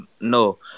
no